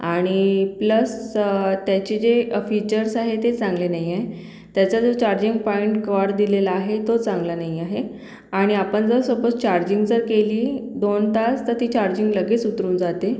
आणि प्लस त्याचे जे फीचर्स आहे ते चांगले नाही आहे त्याचा जो चार्जिंग पाईंन्ट कॉड दिलेला आहे तो चांगला नाही आहे आणि आपण जर सपोज चार्जिंग जर केली दोन तास तर ती चार्जिंग लगेच उतरून जाते